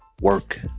work